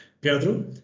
Pedro